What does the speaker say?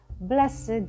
blessed